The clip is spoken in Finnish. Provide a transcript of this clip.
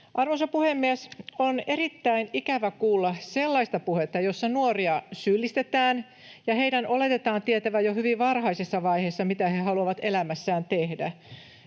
Arvoisa puhemies! On erittäin ikävä kuulla sellaista puhetta, jossa nuoria syyllistetään ja heidän oletetaan tietävän jo hyvin varhaisessa vaiheessa, mitä he haluavat elämässään tehdä.